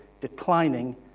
declining